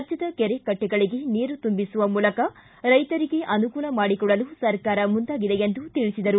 ರಾಜ್ಯದ ಕೆರೆ ಕಟ್ಟೆಗಳಿಗೆ ನೀರು ತುಂಬಿಸುವ ಮೂಲಕ ರೈತರಿಗೆ ಅನುಕೂಲ ಮಾಡಿಕೊಡಲು ಸರ್ಕಾರ ಮುಂದಾಗಿದೆ ಎಂದು ತಿಳಿಸಿದರು